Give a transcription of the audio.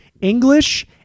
english